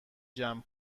جمع